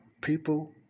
People